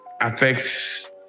affects